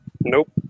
Nope